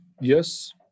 yes